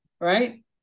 right